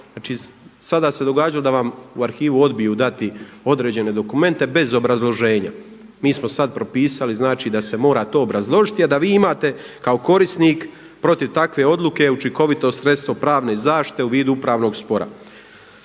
Znači sada se događa da vam u arhivu odbiju dati određene dokumente bez obrazloženja. Mi smo sada propisali da se mora to obrazložiti, a da vi imate kao korisnik protiv takve odluke učinkovito sredstvo pravne zaštite u vidu upravnog spora.